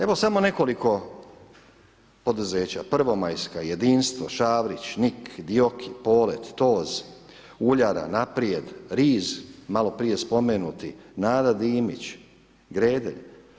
Evo samo nekoliko poduzeća: Prvomajska, Jedinstvo, Šavrić, NIK, Dioki, Polet, TOZ, Uljara, Naprijed, RIZ malo prije spomenuti, Nada Dimić, Gredelj.